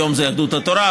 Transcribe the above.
היום זה יהדות התורה,